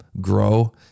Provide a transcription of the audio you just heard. grow